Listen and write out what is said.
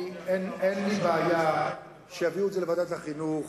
אין לי בעיה שיעבירו את זה לוועדת החינוך